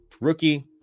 rookie